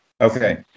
Okay